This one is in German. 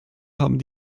haben